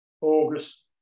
August